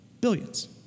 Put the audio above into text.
Billions